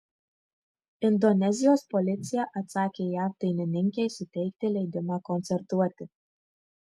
indonezijos policija atsakė jav dainininkei suteikti leidimą koncertuoti